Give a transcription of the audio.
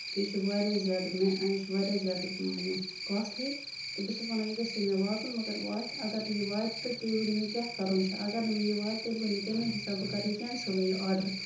تہ یہِ چھُ واریاہ زیاد مےٚ یہِ چھُ واریاہ زیادٕ کوسٹلی تہٕ بہٕ چھَس وَنان یہِ گژھِ ہے مےٚ واتُن مَگر واتہ اَگر نہٕ یہِ واتہِ تہٕ تیٚلہِ ؤنِو مےٚ کیاہ کَرُن چھُ اَگر نہٕ مےٚ یہِ واتہِ تیٚلہِ ؤنِو تَمے حِسابہٕ بہٕ کرٕ یہِ کٮ۪نسٔلٕے یہِ آرڈر